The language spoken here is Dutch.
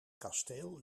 kasteel